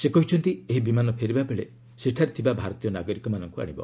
ସେ କହିଛନ୍ତି ଏହି ବିମାନ ଫେରିବା ବେଳେ ସେଠାରେ ଥିବା ଭାରତୀୟ ନାଗରିକମାନଙ୍କୁ ଆଶିବ